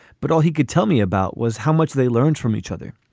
but all he could tell me about was how much they learned from each other.